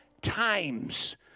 times